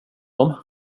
dem